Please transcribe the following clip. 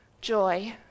joy